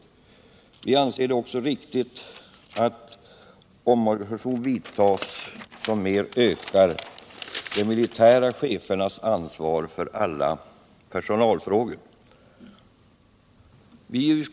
Utskottet anser det också vara viktigt att en sådan omorganisation vidtas som ökar de militära chefernas ansvar för alla personalfrågor.